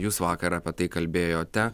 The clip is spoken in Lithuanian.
jus vakar apie tai kalbėjote